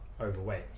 overweight